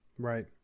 Right